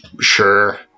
sure